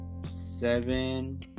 seven